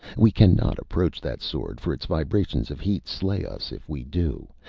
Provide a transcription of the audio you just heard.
we cannot approach that sword, for its vibrations of heat slay us if we do.